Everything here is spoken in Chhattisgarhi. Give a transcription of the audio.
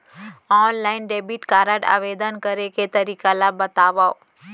ऑनलाइन डेबिट कारड आवेदन करे के तरीका ल बतावव?